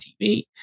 TV